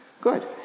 Good